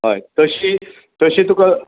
हय तशी तशें तुका